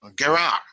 Gerar